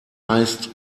heißt